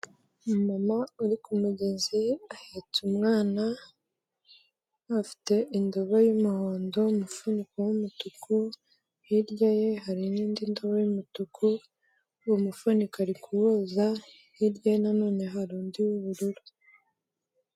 Umumama uri ku mugezi ahetse umwana, afite indobo y'umuhondo, umufuniko w'umutuku, hirya ye hari n'indi ndobo y'umutuku uwo mufunikari kuwoza, hirya nanone hari undi w'ubururu.